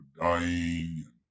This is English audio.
dying